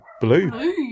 blue